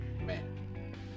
man